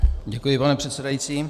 Děkuji, pane předsedající.